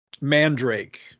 Mandrake